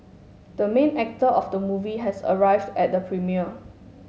the main actor of the movie has arrived at the premiere